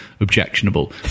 objectionable